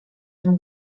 tym